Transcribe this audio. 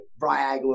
viagra